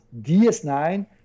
DS9